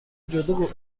جودو